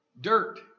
dirt